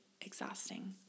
exhausting